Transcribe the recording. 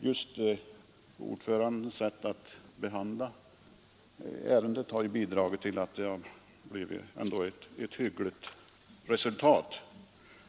Just ordförandens sätt att behandla ärendet har bidragit till att det trots allt har blivit ett hyggligt resultat.